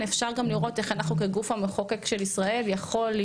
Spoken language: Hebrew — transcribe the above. אפשר גם לראות איך אנחנו כגוף המחוקק של ישראל יכולים